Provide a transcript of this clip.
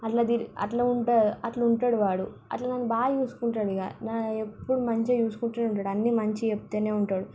అట్లా తిరి అట్లా ఉంటా అట్లా ఉంటాడు వాడు అట్లా నన్ను బాగా చూసుకుంటాడు ఇక నా ఎప్పుడు మంచిగా చూసుకుంటూనే ఉంటాడు అన్నీ మంచిగా చెప్తూనే ఉంటాడు